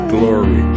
Glory